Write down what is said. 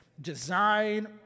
design